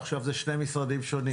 עכשיו זה שני משרדים שונים.